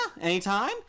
anytime